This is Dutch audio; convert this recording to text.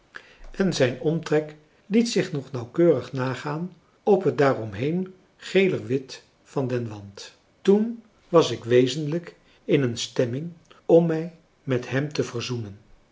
en zijn omtrek liet zich nog nauwkeurig nagaan op het daaromheen gelerwit van den wand toen was ik wezenlijk in een stemming om mij met hem te verzoenen